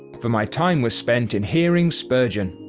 for my time was spent in hearing spurgeon.